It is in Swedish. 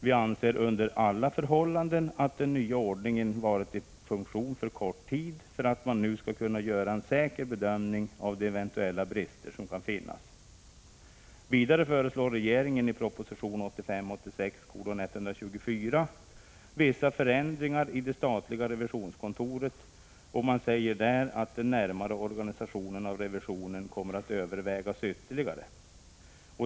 Vi anser under alla förhållanden att den nya ordningen varit i funktion för kort tid för att man nu skall kunna göra en säker bedömning av de eventuella brister som kan finnas. de statliga revisionskontoren. Man säger därvid att den närmare organisationen av revisionen kommer att övervägas ytterligare.